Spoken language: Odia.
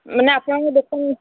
ମାନେ ଆପଣଙ୍କ ଦୋକାନ